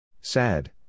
Sad